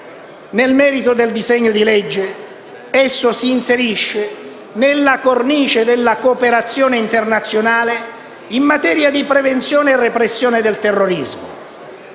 Nel merito del disegno di legge, esso si inserisce nella cornice della cooperazione internazionale in materia di prevenzione e repressione del terrorismo.